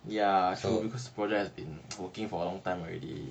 ya true because the projects in working for a long time already